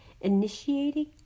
initiating